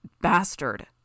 Bastard